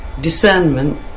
Discernment